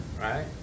right